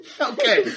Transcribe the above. Okay